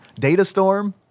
Datastorm